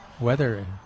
Weather